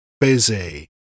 busy